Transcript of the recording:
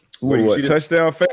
touchdown